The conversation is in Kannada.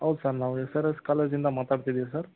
ಹೌದು ಸರ್ ನಾವು ಎಸ್ ಆರ್ ಎಸ್ ಕಾಲೇಜಿಂದ ಮಾತಾಡ್ತಿದ್ದೀವಿ ಸರ್